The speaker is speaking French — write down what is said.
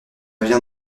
vient